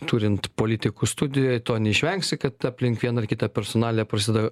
turint politikų studijoje to neišvengsi kad aplink vieną kitą personaliją prasideda